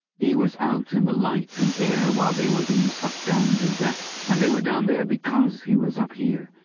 he was out in the light and air while they were being sucked down to death, and they were down there because he was up here.